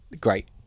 great